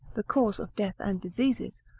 the cause of death and diseases,